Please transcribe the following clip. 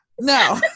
No